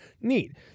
Neat